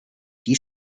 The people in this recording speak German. die